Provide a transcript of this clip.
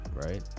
right